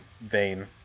vein